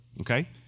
okay